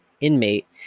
inmate